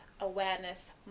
awareness